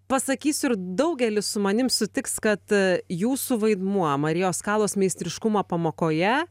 pasakysiu ir daugelis su manim sutiks kad jūsų vaidmuo marijos kalos meistriškumo pamokoje